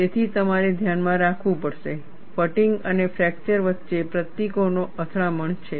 તેથી તમારે ધ્યાનમાં રાખવું પડશે ફટીગ અને ફ્રેકચર વચ્ચે પ્રતીકોનો અથડામણ છે